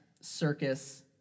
circus